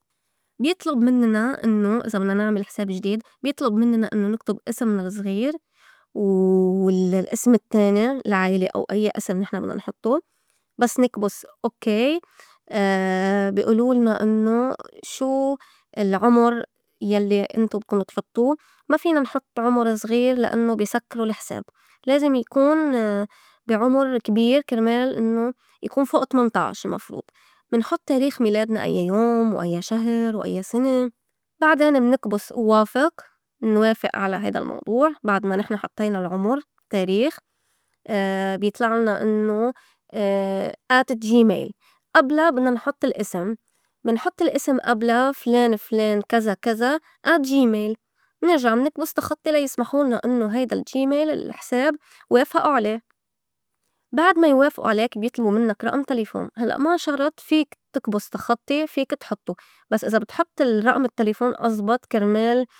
بيطلُب منّنا إنّو إذا بدنا نعمل حساب جديد بيطلُب منّنا إنّو نكتُب اسمنا الزغير، والاسم التّاني العيلة أو أيّا اسم نحن بدنا نحطوا بس نكبُس أوكّي، بي ئولولنا إنّو شو العمُر يلّي انتُ بدكُن تحطّو؟ ما فينا نحُط عُمُر زغير لأنوا بي سكروا الحساب لازم يكون بي عمر كبير كرمال إنّو يكون فوق التمن طاعش المفروض. منحُط تاريخ ميلادنا أيّا يوم، وأيّا شهر، وأيّا سنة، بعدين منكبُس أوافق منوافق على هيدا الموضوع بعد ما نحن حطّينا العُمُر، تاريخ، بيطلعلنا إنّو آد جي ميل أبلا بدنا نحُط الاسم. منحُط الاسم أبلا فلان- فلان كزا- كزا آد جي ميل، منرجع منكبُس تخطّي لا يسمحولنا إنّو هيدا الجي ميل الحساب وافئه عليه، بعد ما يوافئه عليك بيطلبو منّك رقم تليفون هلّأ ما شرط فيك تكبُس تخطّي فيك تحطوا بس إذا بتحُط الرّقم التّلفون أزبط كرمال.